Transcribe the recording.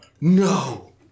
No